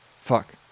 Fuck